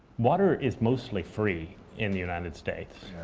water is mostly free in the united states.